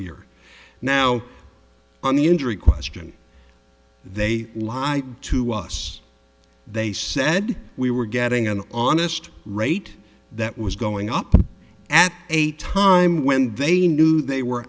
here now on the injury question they lie to us they said we were getting an honest rate that was going up at a time when they knew they were